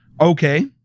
Okay